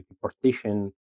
partition